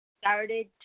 started